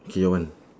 K your one